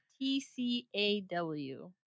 T-C-A-W